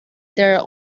der